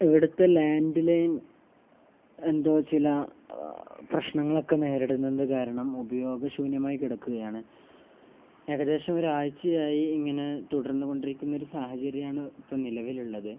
ഇവിടുത്തെ ലാൻഡ്ലൈൻ എന്തോ ചില പ്രശ്നങ്ങളൊക്കെ നേരിടുന്നത് കാരണം ഉപയോഗശൂന്യമായി കിടക്കുകയാണ് ഏകദേശം ഒരാഴ്ചയായി ഇങ്ങനെ തുടർന്നുകൊണ്ടിരിക്കുന്ന ഒരു സാഹചര്യമാണ് ഇപ്പോള് നിലവിലുള്ളത്